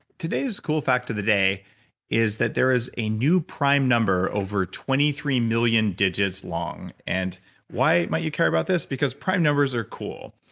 today's cool fact of the day is that there is a new prime number over twenty three million digits long, and why might you care about this? because prime numbers are cool,